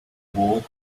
wall